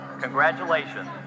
congratulations